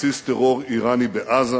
בסיס טרור אירני בעזה,